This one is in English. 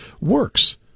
works